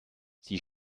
sie